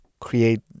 create